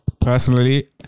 personally